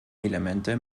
elemente